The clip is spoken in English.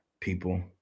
people